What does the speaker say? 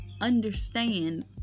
understand